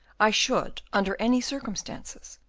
i should, under any circumstances,